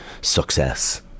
success